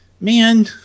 Man